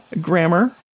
Grammar